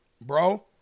bro